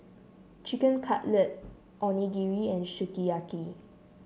Chicken Cutlet Onigiri and Sukiyaki